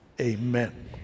Amen